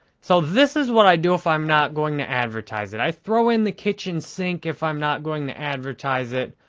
so, this is what i do if i'm not going to advertise it. i throw in the kitchen sink if i'm not going to advertise it.